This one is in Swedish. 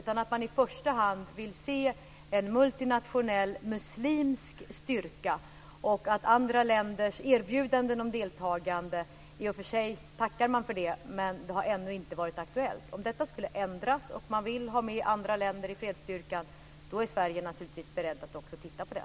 I första hand vill man se en multinationell muslimsk styrka. Andra länders erbjudanden om deltagande tackar man för, men det har ännu inte varit aktuellt. Om detta skulle ändras och man vill ha med andra länder i fredsstyrkan är Sverige naturligtvis berett att också titta på det.